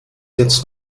jetzt